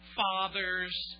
father's